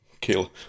kill